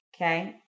Okay